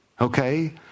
Okay